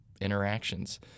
interactions